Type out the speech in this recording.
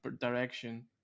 direction